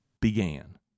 began